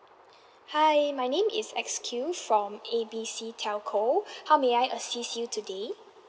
hi my name is X Q from A B C telco how may I assist you today